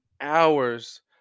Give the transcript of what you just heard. hours